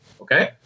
okay